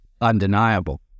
undeniable